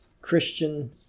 Christian